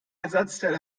ersatzteil